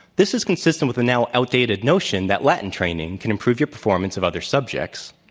this is consistent with a now outdated notion that latin training can improve your performance of other subjects.